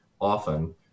often